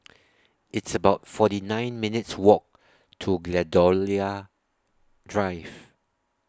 It's about forty nine minutes' Walk to Gladiola Drive